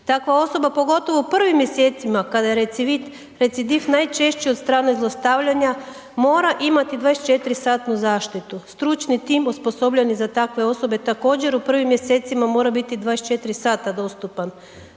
takva osoba pogotovo u prvim mjesecima kada je recivit, kada recidif najčešći od strane zlostavljanja, mora imati 24 satnu zaštitu, stručni tim osposobljeni za takve osobe također u prvim mjesecima mora biti 24 sata dostupan,